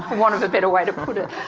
want of a better way to put it.